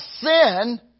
sin